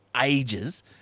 ages